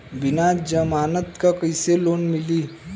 बिना जमानत क कइसे लोन मिली?